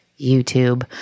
YouTube